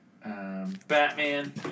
Batman